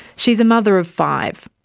she is a mother of five.